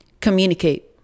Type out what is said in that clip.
communicate